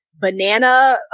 banana